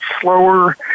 slower